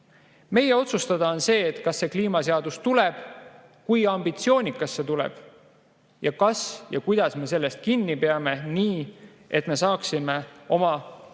Meie otsustada on, kas kliimaseadus tuleb ja kui ambitsioonikas see tuleb ning kas ja kuidas me sellest kinni peame nii, et me saaksime oma puhtama